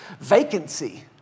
vacancy